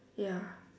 ya